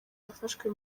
yafashwe